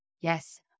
Yes